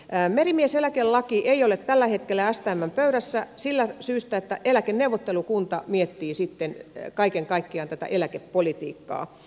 merimieseläkelaki ei ole tällä hetkellä stmn pöydässä siitä syystä että eläkeneuvottelukunta miettii sitten kaiken kaikkiaan tätä eläkepolitiikkaa